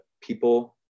people